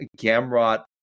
Gamrot